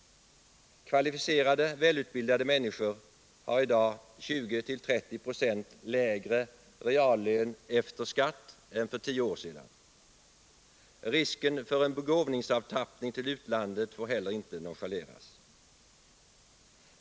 Kvalificerade, välutbildade människor har i dag 20-30 26 lägre reallön efter skatt än för 10 år sedan. Risken för en begåvningsavtappning till utlandet får heller inte nonchaleras.